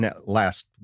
last